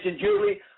Julie